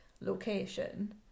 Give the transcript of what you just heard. location